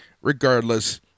Regardless